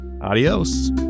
Adios